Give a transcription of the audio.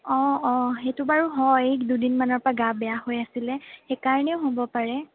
অ অ সেইটো বাৰু হয় দুদিনমানৰ পৰা গা বেয়া হৈ আছিলে সেইকাৰণেও হ'ব পাৰে